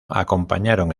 acompañaron